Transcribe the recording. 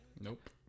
Nope